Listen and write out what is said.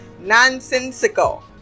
nonsensical